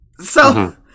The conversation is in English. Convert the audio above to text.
So-